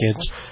kids